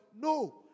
No